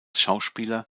schauspieler